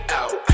out